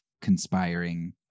conspiring